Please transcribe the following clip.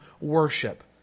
worship